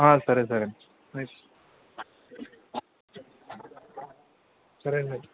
సరే సరే సరేనండి అయితే